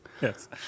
Yes